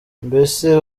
mbese